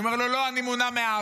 אני אומר לו: לא, אני מונע מאהבה.